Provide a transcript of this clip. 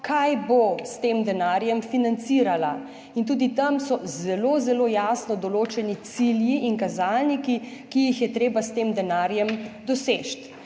s tem denarjem. In tudi tam so zelo, zelo jasno določeni cilji in kazalniki, ki jih je treba s tem denarjem doseči.